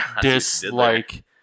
dislike